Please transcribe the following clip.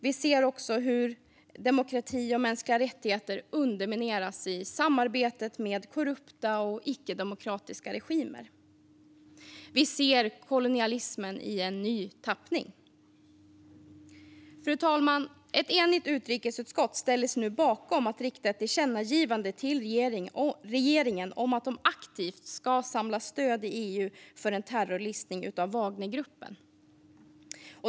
Vi ser också hur demokrati och mänskliga rättigheter undermineras i samarbetet med korrupta och icke-demokratiska regimer. Vi ser kolonialismen i en ny tappning. Fru talman! Ett enigt utrikesutskott ställer sig nu bakom att rikta ett tillkännagivande till regeringen om att man aktivt ska samla stöd i EU för en terrorlistning av Wagnergruppen.